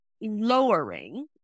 lowering